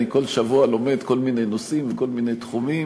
אני כל שבוע לומד כל מיני נושאים מכל מיני תחומים,